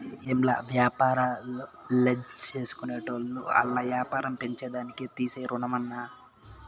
ఏంలా, వ్యాపారాల్జేసుకునేటోళ్లు ఆల్ల యాపారం పెంచేదానికి తీసే రుణమన్నా